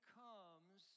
comes